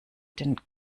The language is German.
denn